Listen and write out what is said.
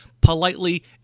politely